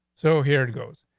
so here it goes.